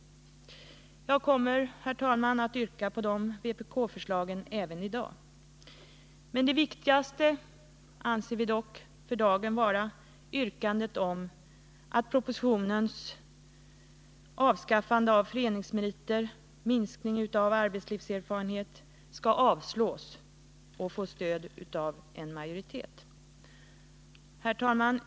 Jag kommer, herr talman, att yrka på dessa vpk-förslag även i dag. För dagen anser vi att det viktigaste är att yrkandet om att förslaget i propositionen om avskaffande av föreningsmeriter och om minskningen av betydelsen av arbetslivserfarenhet avslås. Herr talman!